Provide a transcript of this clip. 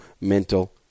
mental